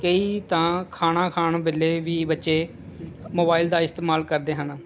ਕਈ ਤਾਂ ਖਾਣਾ ਖਾਣ ਵੇਲੇ ਵੀ ਬੱਚੇ ਮੋਬਾਇਲ ਦਾ ਇਸਤੇਮਾਲ ਕਰਦੇ ਹਨ